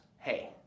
hey